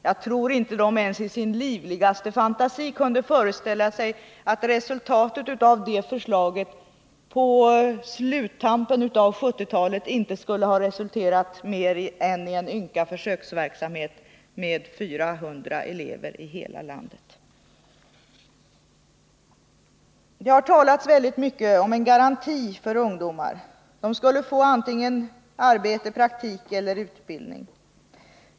Jag tror inte att utredningens ledamöter ens i sin livligaste fantasi kunde föreställa sig att det förslaget på sluttampen av 1970-talet inte skulle ha resulterat i mer än en ynka försöksverksamhet med 400 elever i hela landet. Det har talats väldigt mycket om en garanti för ungdomarna. De skulle få antingen arbete, praktik eller utbildning.